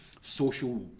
social